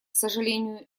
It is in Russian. сожалению